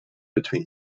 between